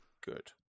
Good